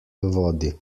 vodi